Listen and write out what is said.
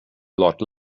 lot